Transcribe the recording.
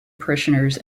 parishioners